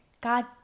God